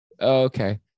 Okay